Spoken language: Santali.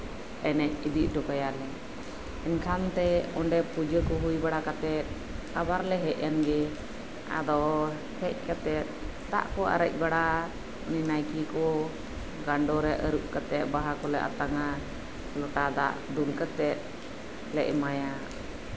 ᱮᱱᱮᱡ ᱤᱫᱤ ᱦᱚᱴᱚ ᱠᱟᱭᱟᱞᱮ ᱮᱱᱠᱷᱟᱱᱛᱮ ᱚᱸᱰᱮ ᱯᱩᱡᱟᱹ ᱠᱚ ᱦᱩᱭ ᱵᱟᱲᱟ ᱠᱟᱛᱮᱫ ᱟᱵᱟᱨ ᱞᱮ ᱦᱮᱡ ᱮᱱᱜᱮ ᱟᱫᱚ ᱦᱮᱡ ᱠᱟᱛᱮᱫ ᱫᱟᱜ ᱠᱚ ᱟᱨᱮᱡ ᱵᱟᱲᱟ ᱢᱟᱹᱪᱤ ᱠᱚ ᱜᱟᱱᱰᱚ ᱨᱮ ᱟᱨᱩᱵ ᱠᱟᱛᱮᱫ ᱵᱟᱦᱟ ᱠᱚᱞᱮ ᱟᱛᱟᱝᱼᱟ ᱞᱚᱴᱟ ᱫᱟᱜ ᱫᱩᱞ ᱠᱟᱛᱮᱜ ᱞᱮ ᱮᱢᱟᱭᱟ